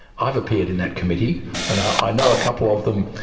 i've appeared in that committee and i know a couple of them,